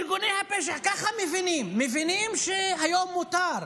ארגוני הפשע מבינים ככה, מבינים שהיום מותר.